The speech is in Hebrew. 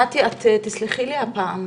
נתי, את תסלחי לי הפעם.